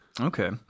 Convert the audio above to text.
okay